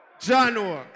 January